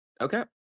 Okay